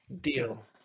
deal